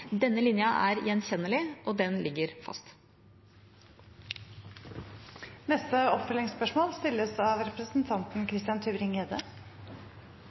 Denne linja er gjenkjennelig, og den ligger fast. Christian Tybring-Gjedde – til oppfølgingsspørsmål.